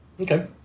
Okay